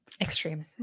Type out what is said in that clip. extreme